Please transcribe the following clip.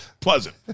pleasant